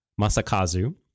Masakazu